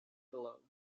below